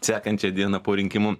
sekančią dieną po rinkimų